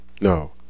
no